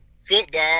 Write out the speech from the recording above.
Football